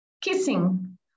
kissing